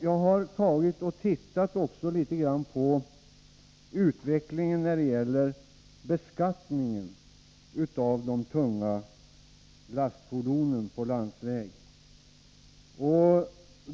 Jag har också sett på utvecklingen när det gäller beskattningen av de tunga lastfordonen på landsväg.